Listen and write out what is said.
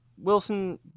Wilson